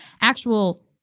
actual